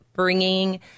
bringing